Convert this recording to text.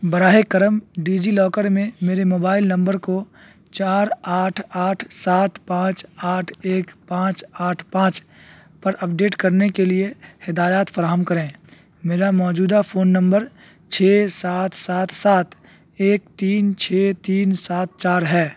براہ کرم DigiLocker میں میرے موبائل نمبر کو چار آٹھ آٹھ سات پانچ آٹھ ایک پانچ آٹھ پانچ پر اپڈیٹ کرنے کے لیے ہدایات فراہم کریں میرا موجودہ فون نمبر چھ سات سات سات ایک تین چھ تین سات چار ہے